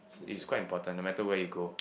it's quite important no matter where you go